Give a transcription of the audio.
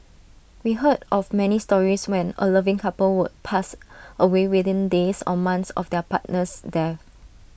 we heard of many stories when A loving couple would pass away within days or months of their partner's death